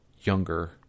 younger